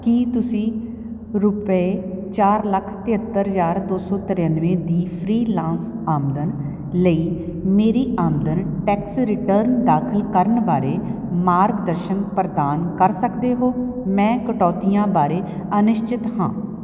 ਕੀ ਤੁਸੀਂ ਰੁਪਏ ਚਾਰ ਲੱਖ ਤਹੇਤਰ ਹਜ਼ਾਰ ਦੋ ਸੌ ਤਰਾਨਵੇਂ ਦੀ ਫ੍ਰੀਲਾਂਸ ਆਮਦਨ ਲਈ ਮੇਰੀ ਆਮਦਨ ਟੈਕਸ ਰਿਟਰਨ ਦਾਖਲ ਕਰਨ ਬਾਰੇ ਮਾਰਗਦਰਸ਼ਨ ਪ੍ਰਦਾਨ ਕਰ ਸਕਦੇ ਹੋ ਮੈਂ ਕਟੌਤੀਆਂ ਬਾਰੇ ਅਨਿਸ਼ਚਿਤ ਹਾਂ